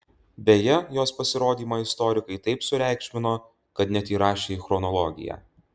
beje jos pasirodymą istorikai taip sureikšmino kad net įrašė į chronologiją